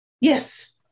Yes